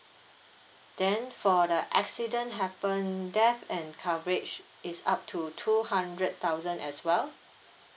then for the accident happened death and coverage it's up to two hundred thousand as well